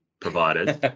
providers